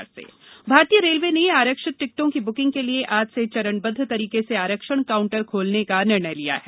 railway आरक्षण भारतीय railway ने आरक्षित टिकटों की ब्किंग के लिए आज से चरणबदध तरीके से आरक्षण काउंटर खोलने का निर्णय किया है